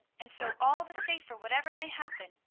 and so all the safer whatever may happen.